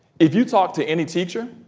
if you talk to any teacher,